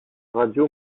radio